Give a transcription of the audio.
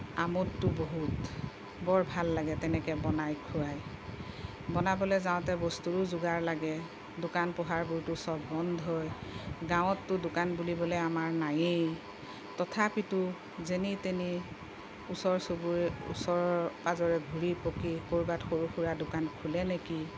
আমোদটো বহুত বৰ ভাল লাগে তেনেকৈ বনাই খোৱায় বনাবলৈ যাওঁতে বস্তুৰো যোগাৰ লাগে দোকান পোহাৰবোৰটো সব বন্ধই গাঁৱততো দোকান বুলিবলৈ আমাৰ নাইয়েই তথাপিতো যেনি তেনি ওচৰ চুবৰি ওচৰ পাজৰে ঘূৰি পকি ক'ৰবাত সৰু সুৰা দোকান খোলে নেকি